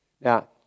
Now